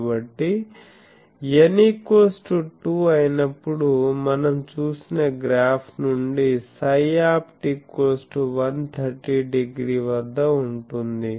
కాబట్టి n 2 అయినప్పుడు మనం చూసిన గ్రాఫ్ నుండి ψopt130 డిగ్రీ వద్ద ఉంటుంది